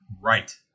right